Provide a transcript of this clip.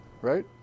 right